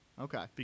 Okay